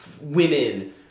Women